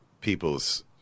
people's